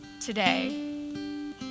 today